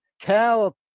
cal